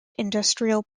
industrial